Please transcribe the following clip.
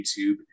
YouTube